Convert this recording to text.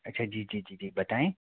अच्छा जी जी जी जी बताएँ